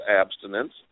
abstinence